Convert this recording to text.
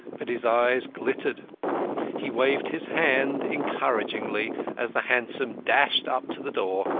but his eyes glittered he waved his hand encouragingly as the hansom dashed up to the door,